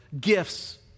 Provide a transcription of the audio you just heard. gifts